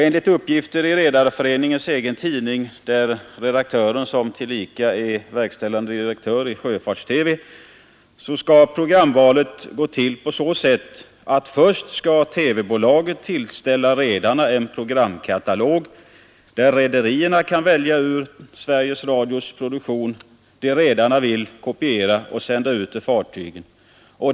Enligt uppgifter i Redareföreningens egen tidning, vars redaktör tillika är verkställande direktör i Sjöfarts-TV, skall programvalet gå till på så sätt, att först skall TV-bolaget tillställa redarna en programkatalog, där rederierna kan välja ur Sveriges Radios produktion vad de vill kopiera och sända ut till fartygen.